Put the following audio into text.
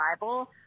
Bible